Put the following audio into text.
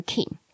King